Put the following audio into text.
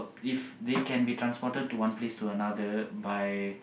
if they can be transported to one place to another by